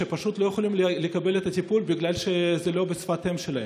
שפשוט לא יכולים לקבל את הטיפול בגלל שזה לא בשפת האם שלהם.